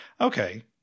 okay